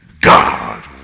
God